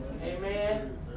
Amen